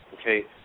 okay